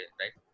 right